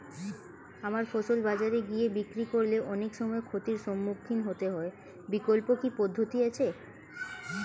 আমার ফসল বাজারে গিয়ে বিক্রি করলে অনেক সময় ক্ষতির সম্মুখীন হতে হয় বিকল্প কি পদ্ধতি আছে?